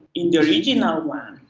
in the original one,